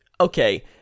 okay